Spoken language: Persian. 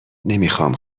نمیخام